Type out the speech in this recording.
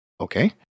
Okay